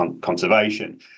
conservation